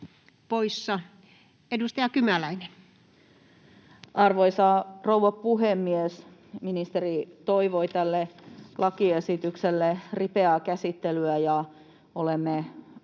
14:33 Content: Arvoisa rouva puhemies! Ministeri toivoi tälle lakiesitykselle ripeää käsittelyä. Olemme